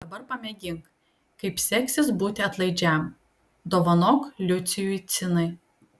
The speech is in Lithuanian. dabar pamėgink kaip seksis būti atlaidžiam dovanok liucijui cinai